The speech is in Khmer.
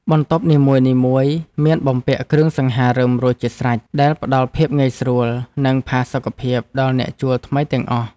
បន្ទប់នីមួយៗមានបំពាក់គ្រឿងសង្ហារិមរួចជាស្រេចដែលផ្តល់ភាពងាយស្រួល និងផាសុកភាពដល់អ្នកជួលថ្មីទាំងអស់។